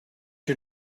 you